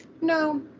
no